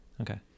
Okay